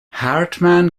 hartman